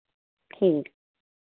ठीक